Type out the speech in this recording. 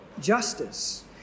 justice